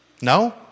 No